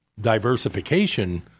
diversification